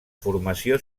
formació